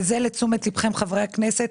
לתשומת לבכם, חברי הכנסת,